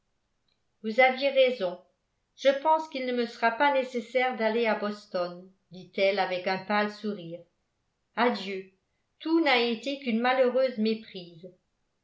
vous aviez raison je pense qu'il ne me sera pas nécessaire d'aller à boston dit-elle avec un pâle sourire adieu tout n'a été qu'une malheureuse méprise